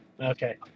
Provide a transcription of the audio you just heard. Okay